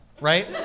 right